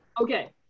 Okay